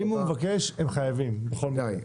אם הוא מבקש הם חייבים בכל מקרה.